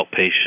outpatient